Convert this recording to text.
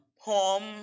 home